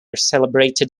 celebrated